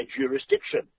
jurisdiction